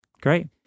great